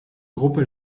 gruppe